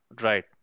Right